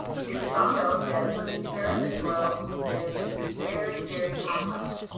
we found out that the insurance world is very, very complex.